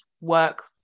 work